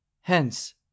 Hence